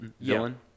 villain